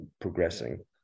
progressing